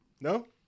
No